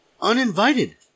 uninvited